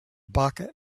bucket